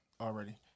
already